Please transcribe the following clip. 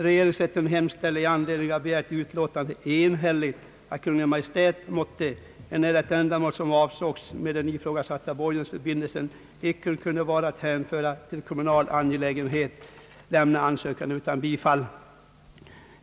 Regeringsrätten hemställde i anledning av begärt utlåtande enhälligt, att Kungl. Maj:t måtte, enär det ändamål, som avsågs med den ifrågasatta borgensförbindelsen, icke kunde vara att hänföra till en kommunens angelägenhet, lämna ansökan utan bifall.